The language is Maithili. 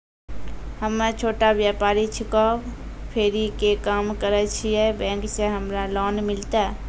हम्मे छोटा व्यपारी छिकौं, फेरी के काम करे छियै, बैंक से हमरा लोन मिलतै?